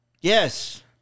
Yes